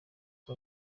kwa